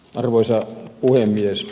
arvoisa puhemies